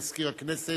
מזכיר הכנסת,